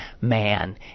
man